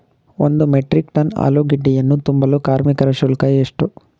ಒಂದು metric ton ಆಲೂಗೆಡ್ಡೆಯನ್ನು ತುಂಬಲು ಕಾರ್ಮಿಕರ ಶುಲ್ಕ ಎಷ್ಟು?